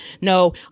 No